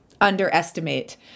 underestimate